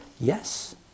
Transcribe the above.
Yes